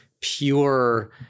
pure